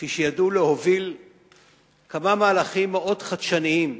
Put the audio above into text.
שידעו להוביל כמה מהלכים מאוד חדשניים: